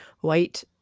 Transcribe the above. white